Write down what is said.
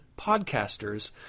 podcasters